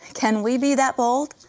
can we be that bold?